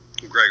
Greg